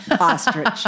ostrich